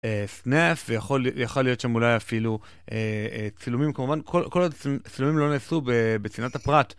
סנאפ, ויכול להיות שם אולי אפילו צילומים כמובן, כל הצילומים לא נעשו בצנעת הפרט.